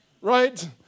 Right